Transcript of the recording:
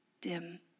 dim